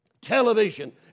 television